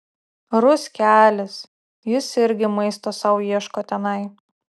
ruskelis jis irgi maisto sau ieško tenai